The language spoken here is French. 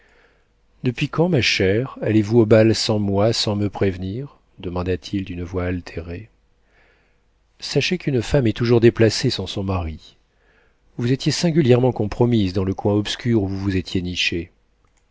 depuis quand ma chère allez-vous au bal sans moi sans me prévenir demanda-t-il d'une voix altérée sachez qu'une femme est toujours déplacée sans son mari vous étiez singulièrement compromise dans le coin obscur où vous vous étiez nichée